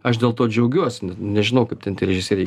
aš dėl to džiaugiuosi net nežinau kaip ten tie režisieriai